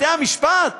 בתי-המשפט,